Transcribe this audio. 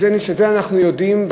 את זה אנחנו יודעים,